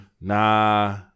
nah